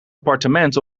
appartement